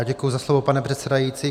Já děkuji za slovo, pane předsedající.